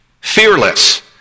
fearless